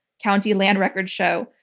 county land records show.